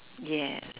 yes